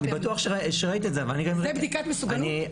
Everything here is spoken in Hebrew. זה בדיקת מסוכנות?